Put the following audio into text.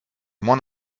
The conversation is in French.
m’en